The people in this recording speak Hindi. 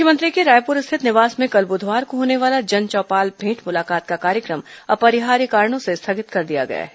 मुख्यमंत्री के रायपुर स्थित निवास में कल बुधवार को होने वाला जनचौपाल भेंट मुलाकात का कार्यक्रम अपरिहार्य कारणों से स्थगित कर दिया गया है